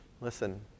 Listen